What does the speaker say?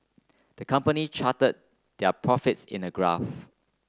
the company charted their profits in a graph